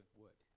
wood